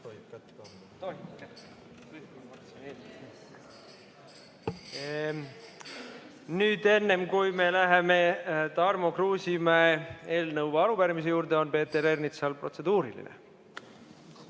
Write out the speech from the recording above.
Nüüd enne, kui me läheme Tarmo Kruusimäe eelnõu või arupärimise juurde, on Peeter Ernitsal protseduuriline.